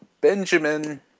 Benjamin